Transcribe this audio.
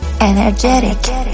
Energetic